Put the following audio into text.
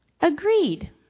Agreed